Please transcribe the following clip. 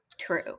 true